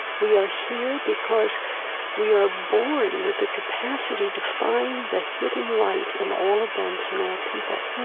we are here because we are born with the capacity to find the hidden light in all events and all people,